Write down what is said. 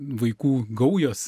vaikų gaujos